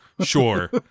sure